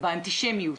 באנטישמיות,